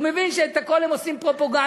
הוא מבין שאת הכול הם עושים כפרופגנדה.